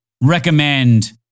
recommend